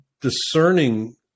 discerning